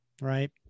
Right